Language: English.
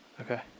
Okay